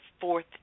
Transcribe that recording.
fourth